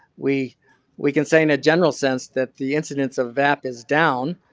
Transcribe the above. we we can say, in a general sense that the incidence of vapp is down.